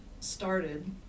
started